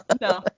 no